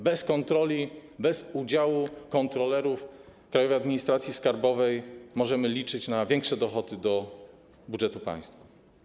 Bez kontroli, bez udziału kontrolerów Krajowej Administracji Skarbowej możemy liczyć na większe dochody do budżetu państwa.